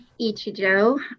Ichijo